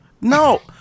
No